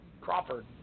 Crawford